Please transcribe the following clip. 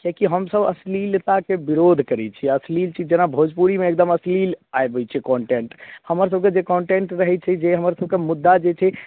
किए कि हम सब अश्लीलताके विरोध करै छी अश्लील चीज जेना भोजपुरीमे एकदम अश्लील आबै छै कोन्टेन्ट हमर सबके जे कोन्टेन्ट रहै छै जे हमर सबके मुद्दा जे छै